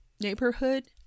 neighborhood